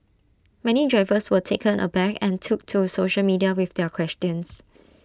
many drivers were taken aback and took to social media with their questions